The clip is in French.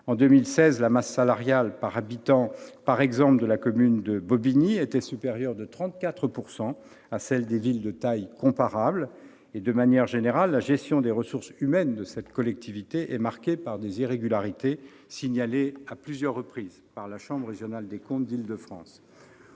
En 2016, la masse salariale par habitant de la commune de Bobigny était, par exemple, supérieure de 34 % à celle des villes de taille comparable. De manière générale, la gestion des ressources humaines de cette collectivité est marquée par des irrégularités, signalées à plusieurs reprises par la chambre régionale des comptes d'Île-de-France.